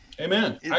Amen